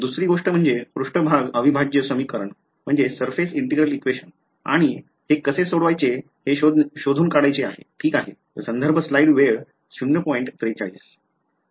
दुसरी गोष्ट म्हणजे पृष्ठभाग अविभाज्य समीकरण आणि हे कसे सोडवायचे हे शोधून काढायचे आहे ठीक आहे